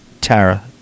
Tara